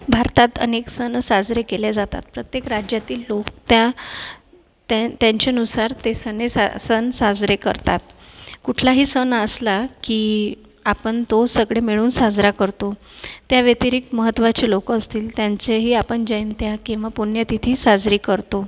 भारतात अनेक सण साजरे केले जातात प्रत्येक राज्यातील लोक त्या त्या त्यांचेनुसार ते सने सण साजरे करतात कुठलाही सण असला की आपण तो सगळे मिळून साजरा करतो त्या व्यतिरिक्त महत्वाची लोकं असतील त्यांच्याही आपण जयंत्या किंवा पुण्यतिथी साजरी करतो